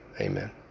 Amen